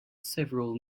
several